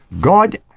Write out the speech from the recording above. God